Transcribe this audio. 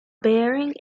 bearing